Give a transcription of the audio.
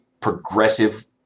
progressive